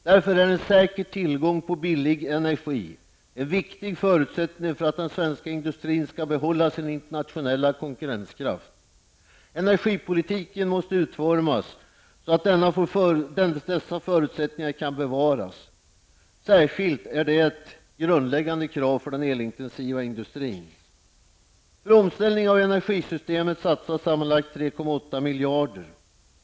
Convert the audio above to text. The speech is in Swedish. Därför är en säker tillgång på billig energi en viktig förutsättning för att den svenska industrin skall behålla sin internationella konkurrenskraft. Energipolitiken måste utformas så att denna förutsättning kan bevaras. Detta är ett grundläggande krav särskilt för den elintensiva industrin. För omställning av energisystemet satsas sammanlagt 3,8 miljader kronor.